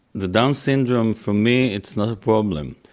the down syndrome for me it's not a problem.